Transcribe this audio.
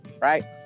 right